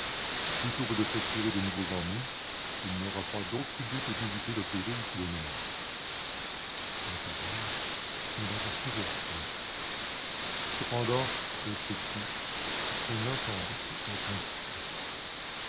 plutôt que de s'attirer de nouveaux ennuis il n'aura pas d'autre idée que d'éviter le péril qui le menace mes paroles ne la rassurèrent point cependant elle se tut craignant sans doute d'être indiscrète